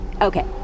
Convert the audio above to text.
Okay